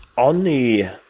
on the